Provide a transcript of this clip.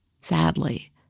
sadly